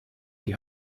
die